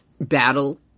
battle